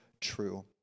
true